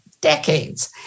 decades